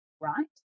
right